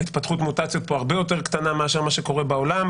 התפתחות המוטציות פה הרבה יותר קטנה מאשר מה שקורה בעולם.